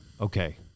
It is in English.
Okay